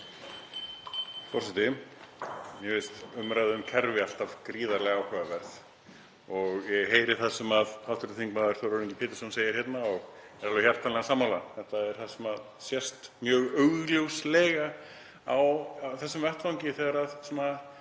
Þetta er það sem sést mjög augljóslega á þessum vettvangi þegar